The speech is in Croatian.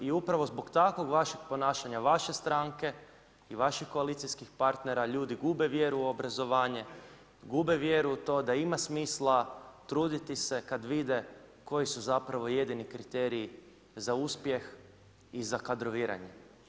I upravo zbog takvog vašeg ponašanja, vaše stranke i vaših koalicijskih partnera ljudi gube vjeru u obrazovanje, gube vjeru u to da ima smisla truditi se kada vide koji su zapravo jedini kriteriji za uspjeh i za kadroviranje.